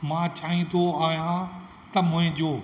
मां चाहींदो आहियां त मुहिंजो